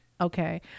Okay